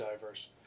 diverse